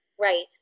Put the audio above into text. right